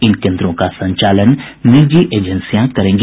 इन केन्द्रों का संचालन निजी एजेंसियां करेगी